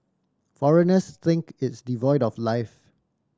foreigners think it's devoid of life